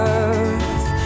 earth